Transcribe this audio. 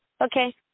Okay